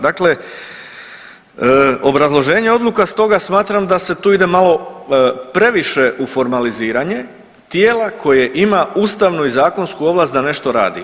Dakle, obrazloženje odluka stoga smatram da se tu ide malo previše u formaliziranje tijela koje ima ustavnu i zakonsku ovlast da nešto radi.